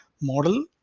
model